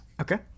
Okay